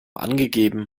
angegeben